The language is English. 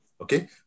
okay